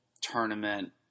tournament